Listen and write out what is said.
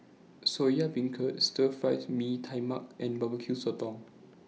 Soya Beancurd Stir Fry Mee Tai Mak and Bbq Sotong